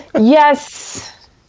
yes